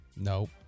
Nope